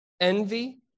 envy